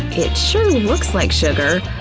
it sure looks like sugar.